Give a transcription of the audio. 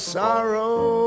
sorrow